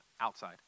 outside